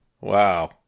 wow